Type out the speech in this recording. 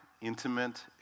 intimate